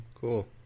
Cool